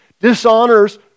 dishonors